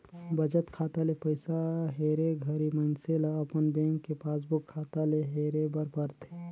बचत खाता ले पइसा हेरे घरी मइनसे ल अपन बेंक के पासबुक खाता ले हेरे बर परथे